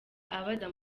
abaza